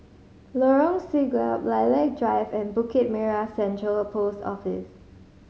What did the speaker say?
Lorong Siglap Lilac Drive and Bukit Merah Central Post Office